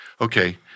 okay